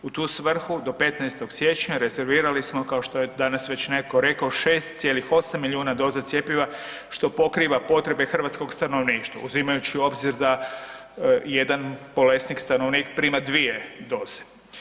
U tu svrhu do 15. siječnja rezervirali smo, kao što je danas već netko rekao 6,8 milijuna doza cjepiva, što pokriva potrebe stanovništva, uzimajući u obzir da jedan bolesnik, stanovnik prima 2 doze.